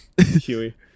Huey